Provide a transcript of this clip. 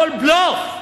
הכול בלוף.